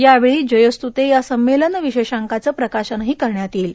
यावेळी जयोस्तुते या संमेलन विशेषांकाचं प्रकाशन करण्यात येईल